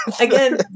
Again